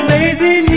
Lazy